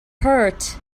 hurt